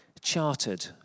chartered